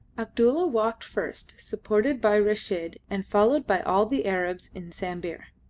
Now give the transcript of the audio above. abdulla walked first, supported by reshid and followed by all the arabs in sambir.